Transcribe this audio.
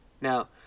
Now